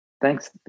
thanks